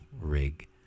rig